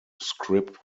script